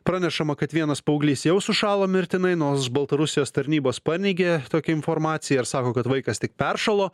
pranešama kad vienas paauglys jau sušalo mirtinai nors baltarusijos tarnybos paneigė tokią informaciją ir sako kad vaikas tik peršalo